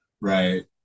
Right